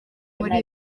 muri